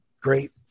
great